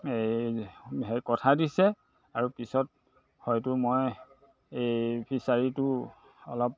এই কথা দিছে আৰু পিছত হয়তো মই এই ফিচাৰীটো অলপ